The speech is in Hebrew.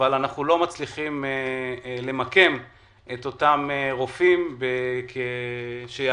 אבל אנחנו לא מצליחים למקם את אותם רופאים שיעבדו